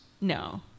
No